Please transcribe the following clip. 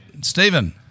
Stephen